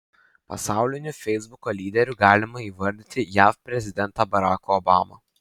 pasauliniu feisbuko lyderiu galima įvardyti jav prezidentą baraką obamą